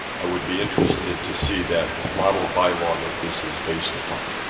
i would be interested to see that model bylaw that this is based upon.